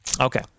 Okay